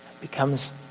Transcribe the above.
becomes